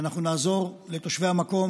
כך נהגתי באזור השקמה במשך המון שנים,